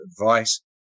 advice